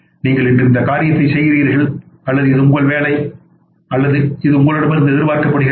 நீங்கள் இன்று இந்த காரியத்தைச் செய்கிறீர்கள் அல்லது இது உங்கள் வேலை அல்லது இது உங்களிடமிருந்து எதிர்பார்க்கப்படுகிறது